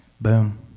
Boom